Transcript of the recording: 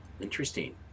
Interesting